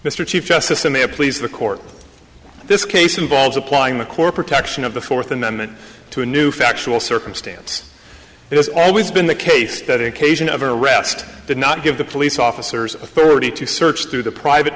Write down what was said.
mr chief justice to me a please the court this case involves applying the core protection of the fourth amendment to a new factual circumstance it has always been the case that occasion of arrest did not give the police officers authority to search through the private